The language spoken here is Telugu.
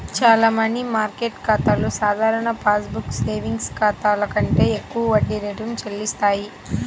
చాలా మనీ మార్కెట్ ఖాతాలు సాధారణ పాస్ బుక్ సేవింగ్స్ ఖాతాల కంటే ఎక్కువ వడ్డీ రేటును చెల్లిస్తాయి